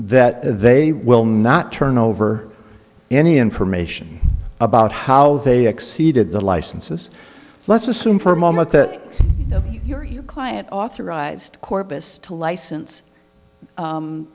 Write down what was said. that they will not turn over any information about how they exceeded the licenses let's assume for a moment that your your client authorized corpus to license